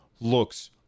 looks